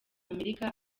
amerika